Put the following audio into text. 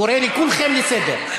קורא את כולכם לסדר,